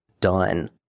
done